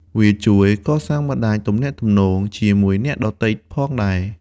វាជួយកសាងបណ្តាញទំនាក់ទំនងជាមួយអ្នកដទៃផងដែរ។